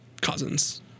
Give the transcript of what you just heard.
Cousins